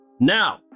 Now